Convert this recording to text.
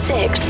Six